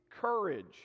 courage